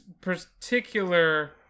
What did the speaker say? particular